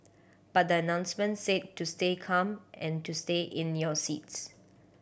but the announcement said to stay calm and to stay in your seats